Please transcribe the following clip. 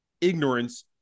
ignorance